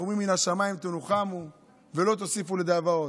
אנחנו אומרים: "מהשמיים תנוחמו ולא תוסיפו לדאבה עוד".